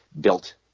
built